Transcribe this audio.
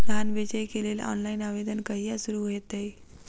धान बेचै केँ लेल ऑनलाइन आवेदन कहिया शुरू हेतइ?